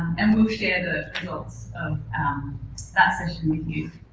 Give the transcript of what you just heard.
and we'll share the results of so that session with you.